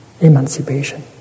emancipation